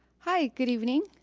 hi, good evening.